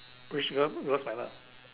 which wil~